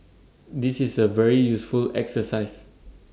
this is A very useful exercise